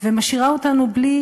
ומשאירה אותנו בלי